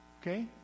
Okay